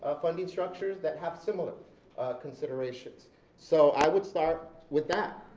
funding structures that have similar considerations so i would start with that,